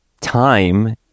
Time